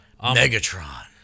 Megatron